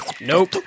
Nope